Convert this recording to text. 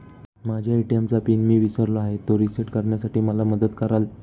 माझ्या ए.टी.एम चा पिन मी विसरलो आहे, तो रिसेट करण्यासाठी मला मदत कराल?